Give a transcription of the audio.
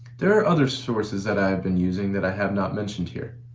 there are other sources that i have been using that i have not mentioned here.